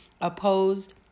opposed